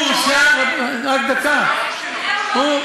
הוא ריצה את העונש שלו.